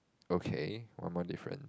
okay one more difference